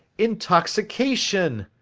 intoxication!